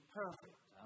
perfect